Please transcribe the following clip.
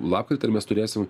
lapkritį ir mes turėsim